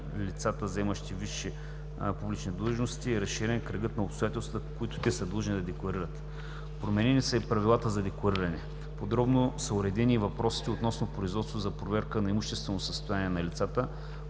лицата, заемащи висши публични длъжности, е разширен кръгът на обстоятелствата, които те са длъжни да декларират. Променени са и правилата за деклариране. Подробно са уредени и въпросите относно производството за проверка на имущественото състояние на лицата,